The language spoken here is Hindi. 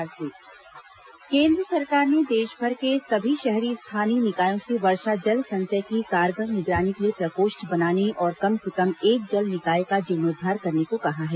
केन्द्र जल संचय केन्द्र सरकार ने देशभर के सभी शहरी स्थानीय निकायों से वर्षा जल संचय की कारगर निगरानी के लिए प्रकोष्ठ बनाने और कम से कम एक जल निकाय का जीर्णोद्वार करने को कहा है